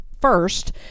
first